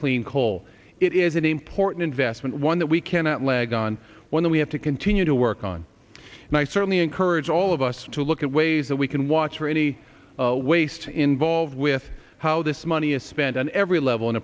clean coal it is an important investment one that week cannot legan when we have to continue to work on and i certainly encourage all of us to look at ways that we can watch for any waste involved with how this money is spent on every level